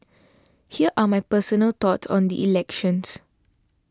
here are my personal thoughts on the elections